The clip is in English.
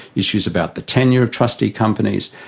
issues about the tenure of trustee companies,